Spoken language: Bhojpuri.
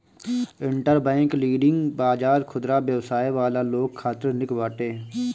इंटरबैंक लीडिंग बाजार खुदरा व्यवसाय वाला लोग खातिर निक बाटे